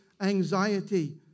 anxiety